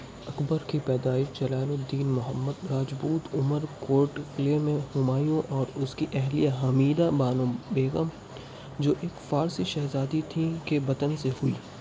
اکبر کی پیدائش جلال الدین محمد راجپوت عمر کوٹ قلعے میں ہمایوں اور اس کی اہلیہ حمیدہ بانو بیگم جو ایک فارسی شہزادی تھیں کے بطن سے ہوئی